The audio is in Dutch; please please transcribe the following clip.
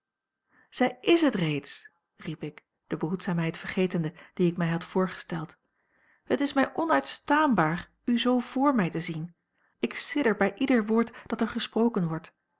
zij is het reeds riep ik de behoedzaamheid vergetende die ik mij had voorgesteld het is mij onuitstaanbaar u zoo vr mij te zien ik sidder bij ieder woord dat er gesproken wordt